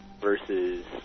versus